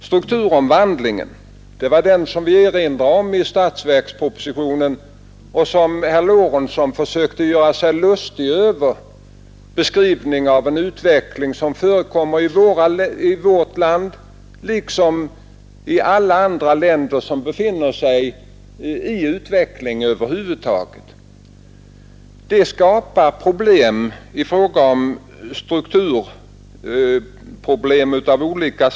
Strukturomvandlingen, som vi erinrade om i statsverkspropositionen, är en företeelse som förekommer i vårt land liksom i alla länder som befinner sig i utveckling, och den skapar problem av olika slag — det var här som herr Lorentzon försökte göra sig lustig.